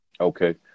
Okay